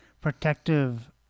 protective